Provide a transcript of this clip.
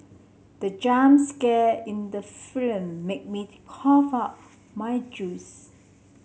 the jump scare in the film made me cough out my juice